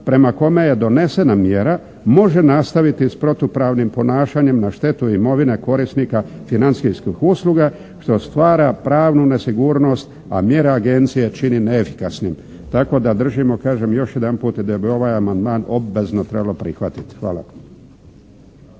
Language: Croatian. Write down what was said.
prema kome je donesena mjera može nastaviti s protupravnim ponašanjem na štetu imovine korisnika financijskih usluga što stvara pravnu nesigurnost a mjere agencije čini neefikasnim. Tako da držimo kažem još jedanput da bi ovaj amandman obvezno trebalo prihvatiti. Hvala.